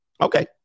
Okay